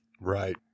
Right